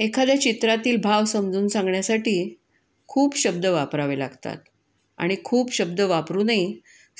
एखाद्या चित्रातील भाव समजून सांगण्यासाठी खूप शब्द वापरावे लागतात आणि खूप शब्द वापरूनही